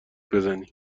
بزنی